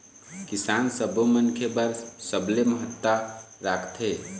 किसान सब्बो मनखे बर सबले महत्ता राखथे